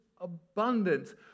abundance